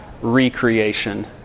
recreation